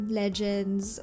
legends